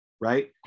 right